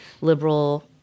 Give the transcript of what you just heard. liberal